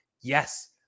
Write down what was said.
yes